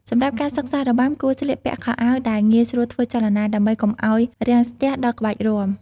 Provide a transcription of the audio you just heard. សម្រាប់ការសិក្សារបាំ គួរស្លៀកពាក់ខោអាវដែល ងាយស្រួលធ្វើចលនា ដើម្បីកុំឱ្យរាំងស្ទះដល់ក្បាច់រាំ។